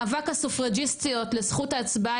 מאבק הסופרג'יסטיות לזכות ההצבעה,